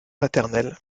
paternel